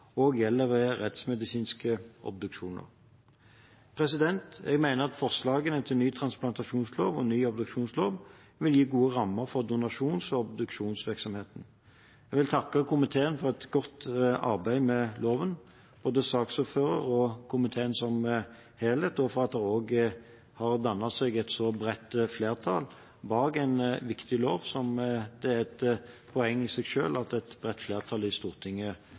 gjelder ved rettsmedisinske obduksjoner. Jeg mener at forslagene til ny transplantasjonslov og ny obduksjonslov vil gi gode rammer for donasjons- og obduksjonsvirksomheten. Jeg vil takke komiteen – både saksordføreren og komiteen som helhet – for et godt arbeid med loven, og for at det har dannet seg et så bredt flertall bak en viktig lov, som det er et poeng i seg selv at et bredt flertall i Stortinget